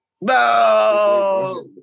No